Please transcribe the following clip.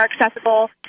accessible